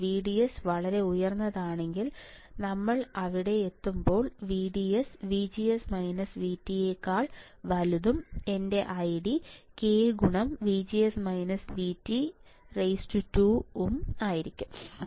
എന്റെ VDS വളരെ ഉയർന്നതാണെങ്കിൽ നമ്മൾ അവിടെ എത്തുമ്പോൾ VDS VGS VTയേക്കാൾ വലുതും എന്റെ ID k 2 ഉം ആയിരിക്കും